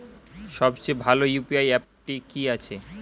সবচেয়ে ভালো ইউ.পি.আই অ্যাপটি কি আছে?